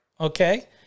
okay